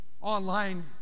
online